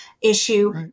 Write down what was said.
issue